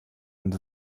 and